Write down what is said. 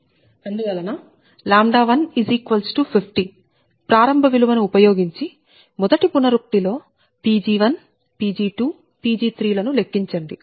అందువలన 150 ప్రారంభ విలువ ను ఉపయోగించి మొదటి పునరుక్తి లో Pg1Pg2Pg3లను లెక్కించండి